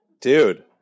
Dude